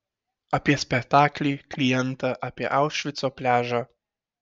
apie spektaklį klientą apie aušvico pliažą